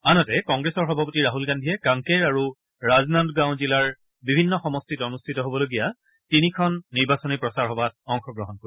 আনহাতে কংগ্ৰেছৰ সভাপতি ৰাহুল গান্ধীয়ে কাংকেৰ আৰু ৰাজনন্দ্গাঁও জিলাৰ বিভিন্ন সমষ্টিত অনুষ্ঠিত হ'বলগীয়া তিনিখন নিৰ্বাচনী সভাত অংশগ্ৰহণ কৰিব